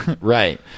Right